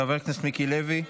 חבר הכנסת מיקי לוי,